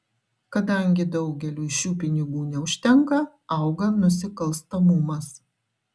kadangi daugeliui šių pinigų neužtenka auga nusikalstamumas